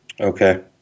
Okay